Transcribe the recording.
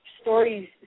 stories